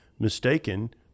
Mistaken